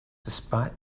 despite